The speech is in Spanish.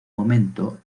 momento